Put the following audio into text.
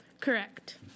Correct